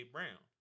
Brown